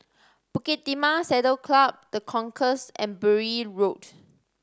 Bukit Timah Saddle Club The Concourse and Bury Road